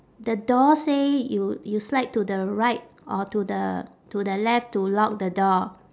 the door say you you slide to the right or to the to the left to lock the door